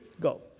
go